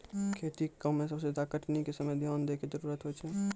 खेती के काम में सबसे ज्यादा कटनी के समय ध्यान दैय कॅ जरूरत होय छै